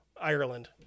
Ireland